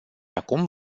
acum